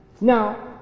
now